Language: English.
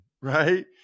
right